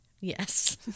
Yes